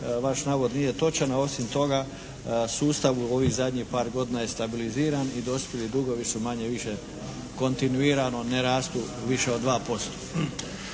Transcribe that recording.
vaš navod nije točan. A osim toga, sustav ovih zadnjih par godina je stabiliziran i dospjeli dugovi su manje-više kontinuirano ne rastu više od 2%.